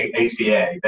ACA